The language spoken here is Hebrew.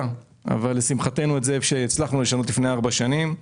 אבל לשמחתנו את זה הצלחנו לשנות לפני ארבע שנים.